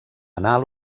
anal